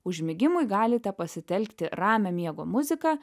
užmigimui galite pasitelkti ramią miego muziką